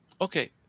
okay